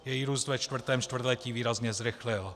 Její růst ve čtvrtém čtvrtletí výrazně zrychlil.